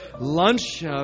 lunch